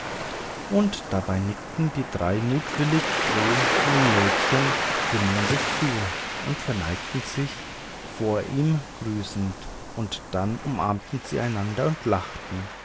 und dabei nickten die drei mutwilligen frohen mädchen dem monde zu und verneigten sich vor ihm grüßend und dann umarmten sie einander und lachten